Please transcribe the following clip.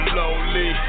lonely